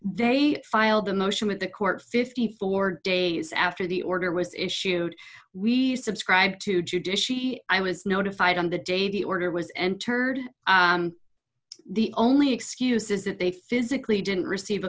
they filed a motion with the court fifty four days after the order was issued we subscribed to judiciary i was notified on the day the order was entered the only excuse is that they physically didn't receive a